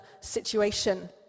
situation